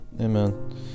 Amen